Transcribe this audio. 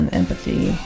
empathy